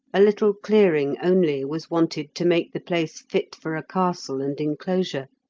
a little clearing only was wanted to make the place fit for a castle and enclosure.